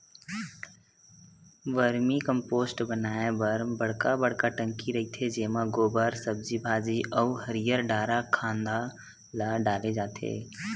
vermi compost बनाए बर बड़का बड़का टंकी रहिथे जेमा गोबर, सब्जी भाजी अउ हरियर डारा खांधा ल डाले जाथे